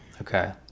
Okay